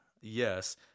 yes